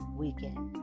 weekend